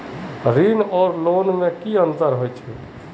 ऋण आर लोन नोत की अंतर जाहा?